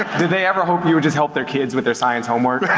did they ever hope you would just help their kids with their science homework?